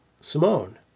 Simone